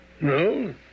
No